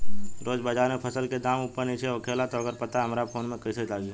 रोज़ बाज़ार मे फसल के दाम ऊपर नीचे होखेला त ओकर पता हमरा फोन मे कैसे लागी?